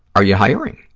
are you hiring?